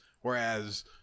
Whereas